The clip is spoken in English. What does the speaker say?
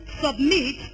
submit